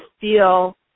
feel